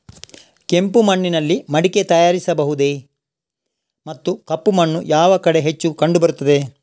ಕೆಂಪು ಮಣ್ಣಿನಲ್ಲಿ ಮಡಿಕೆ ತಯಾರಿಸಬಹುದೇ ಮತ್ತು ಕಪ್ಪು ಮಣ್ಣು ಯಾವ ಕಡೆ ಹೆಚ್ಚು ಕಂಡುಬರುತ್ತದೆ?